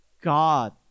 god